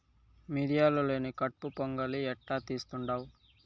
మిరియాలు లేని కట్పు పొంగలి ఎట్టా తీస్తుండావ్